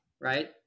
right